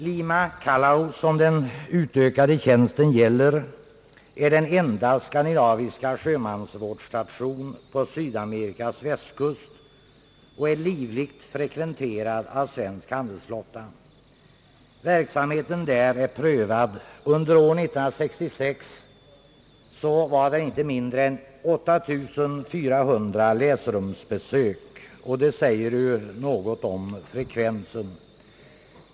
Lima-Callao som den föreslagna tjänsten gäller är den enda skandinaviska sjömansvårdsstationen på Sydamerikas västkust och är livligt frekventerad av den svenska handelsflottan. Verksamheten där är prövad: under år 1966 noterades inte mindre än 8 400 läsrumsbesök — och det säger något om frekvensen.